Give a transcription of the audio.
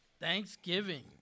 Thanksgiving